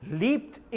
leaped